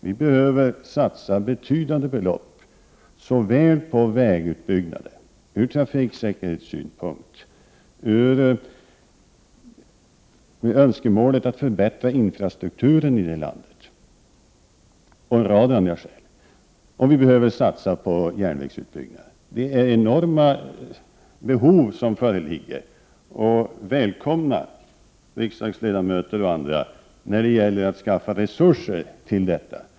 Vi behöver satsa betydande belopp, såväl på vägutbyggnaden — ur trafiksäkerhetssynpunkt, med önskemålet att förbättra infrastrukturen i landet och av en rad andra skäl — som på järnvägsutbyggnaden. Det är enorma behov som föreligger. Välkomna, riksdagsledamöter och andra, att hjälpa till att skaffa resurser till detta.